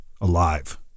Alive